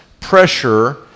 pressure